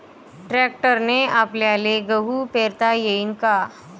ट्रॅक्टरने आपल्याले गहू पेरता येईन का?